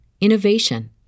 innovation